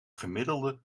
gemiddelde